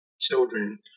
children